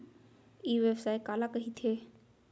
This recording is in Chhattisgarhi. ई व्यवसाय काला कहिथे?